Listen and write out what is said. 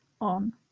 on